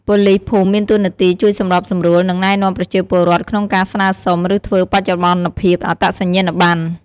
ប៉ូលីសភូមិមានតួនាទី ជួយសម្របសម្រួល និងណែនាំប្រជាពលរដ្ឋក្នុងការស្នើសុំ ឬធ្វើបច្ចុប្បន្នភាពអត្តសញ្ញាណប័ណ្ណ។